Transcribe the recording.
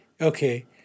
okay